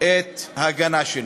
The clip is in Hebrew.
את ההגנה שלו.